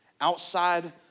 outside